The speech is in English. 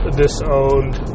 disowned